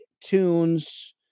tunes